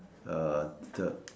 uh the